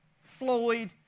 Floyd